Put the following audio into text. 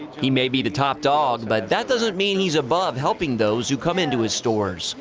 he may be the top dog, but that doesn't mean he's above helping those who come in to his stores.